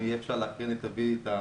אם יהיה אפשר להקרין את הסרטון.